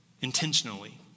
intentionally